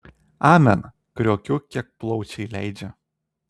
amen kriokiu kiek plaučiai leidžia